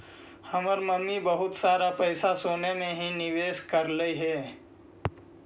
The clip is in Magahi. हमर मम्मी बहुत सारा पैसा सोने में ही निवेश करलई हे